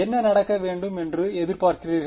என்ன நடக்க வேண்டும் என்று எதிர்பார்க்கிறீர்கள்